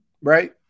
right